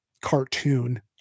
cartoon